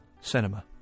cinema